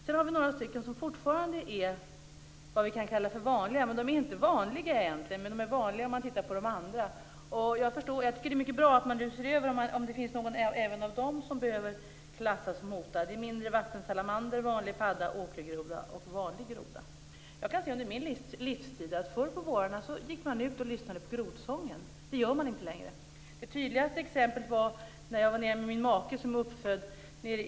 Sedan har vi några stycken som fortfarande är vad vi kan kalla vanliga. De är egentligen inte vanliga. Men de är vanliga om man tittar på de andra groddjuren. Jag tycker att det är mycket bra att man nu ser över om även någon av dessa groddjur behöver klassas som hotad. Det är mindre vattensalamander, vanlig padda, åkergroda och vanlig groda. Jag kan se vad som har skett under min livstid. Förr om vårarna gick man ut och lyssnade på grodsången. Det gör man inte längre. Det tydligaste exemplet var när jag var med min make i Skanör Falsterbo.